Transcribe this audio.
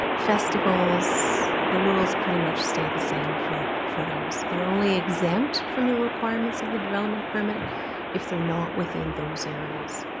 festivals, the rules pretty much stay the same for for those. they're only exempt from the requirements of the development permit if they're not within those areas.